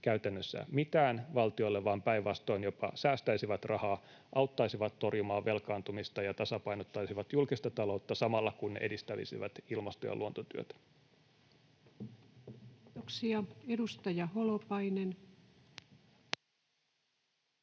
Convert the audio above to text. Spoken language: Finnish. käytännössä mitään valtiolle, vaan päinvastoin jopa säästäisivät rahaa, auttaisivat torjumaan velkaantumista ja tasapainottaisivat julkista taloutta samalla kun ne edistäisivät ilmasto- ja luontotyötä. [Speech 158] Speaker: